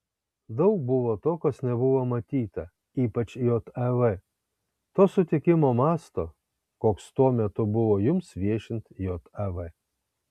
daug buvo to kas nebuvo matyta ypač jav to sutikimo masto koks tuo metu buvo jums viešint jav